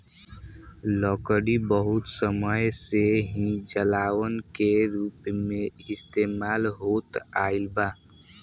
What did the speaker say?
लकड़ी बहुत समय से ही जलावन के रूप में इस्तेमाल होत आईल बा